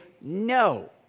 no